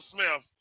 Smith